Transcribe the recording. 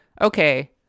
okay